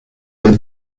der